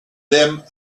them